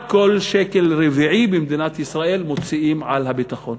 במדינת ישראל מוציאים על הביטחון.